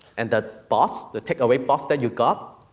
and the box, the take-away box that you got,